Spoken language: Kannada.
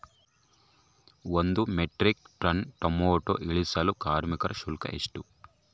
ಒಂದು ಮೆಟ್ರಿಕ್ ಟನ್ ಟೊಮೆಟೊ ಇಳಿಸಲು ಕಾರ್ಮಿಕರ ಶುಲ್ಕ ಎಷ್ಟು?